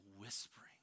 whispering